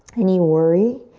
any worry.